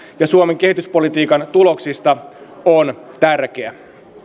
ja suomen kehityspolitiikan tuloksista on tärkeä